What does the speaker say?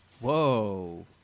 Whoa